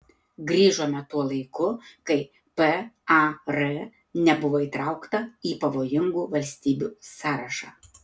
grįžome tuo laiku kai par nebuvo įtraukta į pavojingų valstybių sąrašą